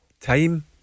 time